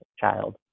child